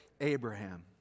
Abraham